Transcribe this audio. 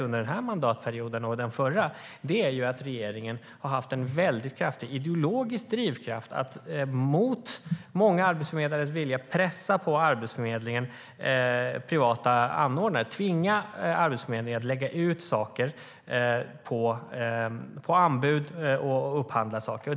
Under den här mandatperioden och den förra mandatperioden hade regeringen en uttalad ideologisk drivkraft att mot många arbetsförmedlares vilja pressa på Arbetsförmedlingen privata anordnare och att tvinga Arbetsförmedlingen att lägga ut utbildning på anbud och göra en upphandling.